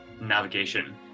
navigation